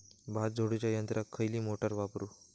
भात झोडूच्या यंत्राक खयली मोटार वापरू?